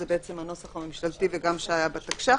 זה הנוסח הממשלתי וגם שהיה בתקש"ח.